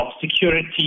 security